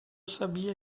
sabia